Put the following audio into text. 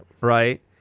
right